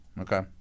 okay